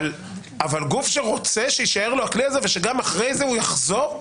אבל גוף שרוצה שיישאר לו הכלי הזה ושגם אחרי זה הוא יחזור?